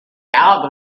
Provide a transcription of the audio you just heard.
album